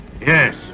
Yes